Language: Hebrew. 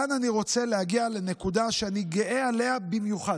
כאן אני רוצה להגיע לנקודה שאני גאה עליה במיוחד,